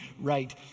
right